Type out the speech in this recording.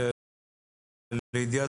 לידיעת הציבור,